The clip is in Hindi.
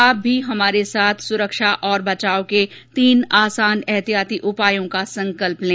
आप भी हमारे साथ सुरक्षा और बचाव के तीन आसान एहतियाती उपायों का संकल्प लें